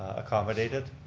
accommodated.